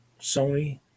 Sony